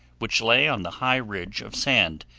which lay on the high ridge of sand,